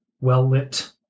well-lit